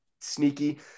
sneaky